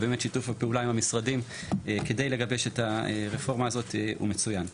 ובאמת שיתוף הפעולה עם המשרדים כדי לגבש את הרפורמה הזאת הוא מצוין.